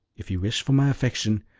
if you wish for my affection,